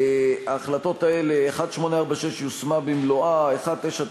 ההחלטות האלה: 1846, יושמה במלואה, 1998,